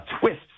twists